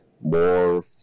more